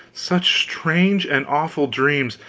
such strange and awful dreams,